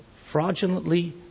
fraudulently